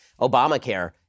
Obamacare